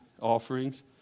offerings